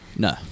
No